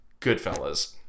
Goodfellas